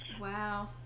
Wow